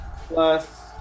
plus